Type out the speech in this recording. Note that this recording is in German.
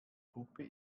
hoppe